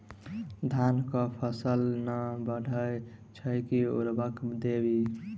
धान कऽ फसल नै बढ़य छै केँ उर्वरक देबै?